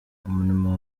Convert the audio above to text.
umurimo